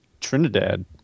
trinidad